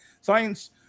Science